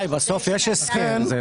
בסוף, יש הסכם.